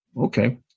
Okay